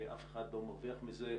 אף אחד לא מרוויח מזה,